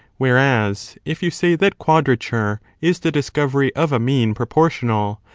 whereas, if you say that quadrature is the discovery of a mean proportional,